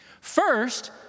First